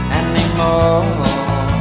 anymore